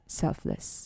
selfless